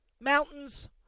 Mountains